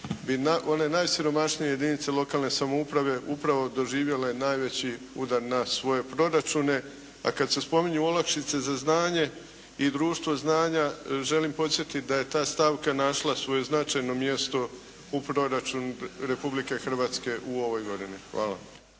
one najsiromašnije jedinice lokalne samouprave upravo doživjele najveći udar na svoje proračune. A kada se spominju olakšice za znanje i društvo znanja, želim podsjetiti da je ta stavka našla svoje značajno mjesto u proračunu Republike Hrvatske u ovoj godini. Hvala.